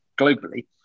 globally